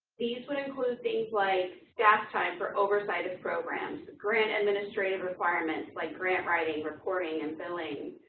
these would include things like, staff time for oversight of programs, grant administrative requirements like grant writing, recording and billing,